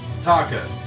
Taka